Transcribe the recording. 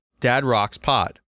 dadrockspod